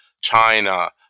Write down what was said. China